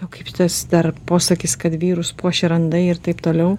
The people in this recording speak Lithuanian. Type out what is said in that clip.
o kaip šitas dar posakis kad vyrus puošia randai ir taip toliau